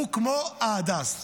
הוא כמו ההדס.